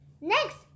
Next